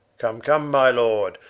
come, come my lord,